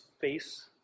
face